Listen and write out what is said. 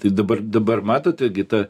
tai dabar dabar matote gi ta